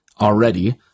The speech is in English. already